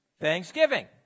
thanksgiving